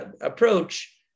approach